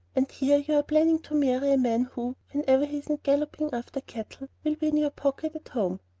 and here you are planning to marry a man who, whenever he isn't galloping after cattle, will be in your pocket at home!